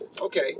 okay